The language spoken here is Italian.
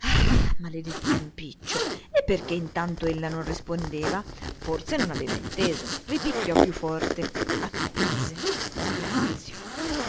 maledetto impiccio e perché intanto ella non rispondeva forse non aveva inteso ripicchiò più forte attese silenzio